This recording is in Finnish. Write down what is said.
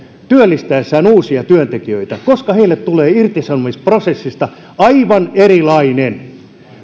työllistäessään uusia työntekijöitä koska heille tulee irtisanomisprosessista aivan erilainen